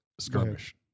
skirmish